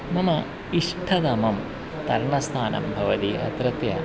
मम इष्टतमं तरण स्थानं भवति अत्रत्य